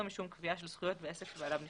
משום קביעה של זכויות בעסק שבעליו נפטר.